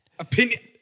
opinion